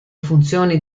funzioni